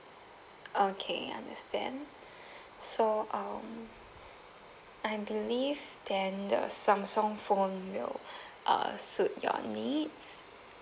okay understand so um I believe then the samsung phone will uh suit your needs